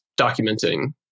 documenting